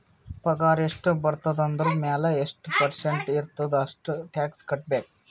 ಪಗಾರ್ ಎಷ್ಟ ಬರ್ತುದ ಅದುರ್ ಮ್ಯಾಲ ಎಷ್ಟ ಪರ್ಸೆಂಟ್ ಇರ್ತುದ್ ಅಷ್ಟ ಟ್ಯಾಕ್ಸ್ ಕಟ್ಬೇಕ್